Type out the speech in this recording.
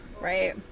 Right